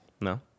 no